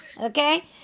Okay